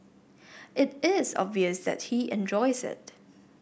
it is obvious that he enjoys it